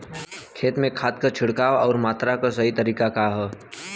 खेत में खाद क छिड़काव अउर मात्रा क सही तरीका का ह?